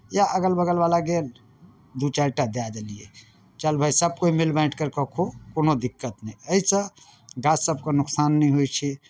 या अगल बगलवला गेल दू चारि टा दए देलियै चल भाय सभकोइ मिल बाँटि करि कऽ खो कोनो दिक्कत नहि अइ सऽ गाछ सभकेँ नोकसान नहि होइ छै